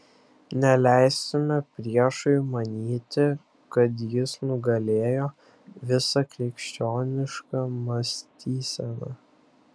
neleisime priešui manyti kad jis nugalėjo visą krikščionišką mąstyseną